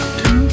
two